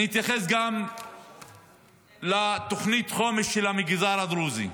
אני אתייחס גם לתוכנית החומש של המגזר הדרוזי.